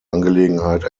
angelegenheit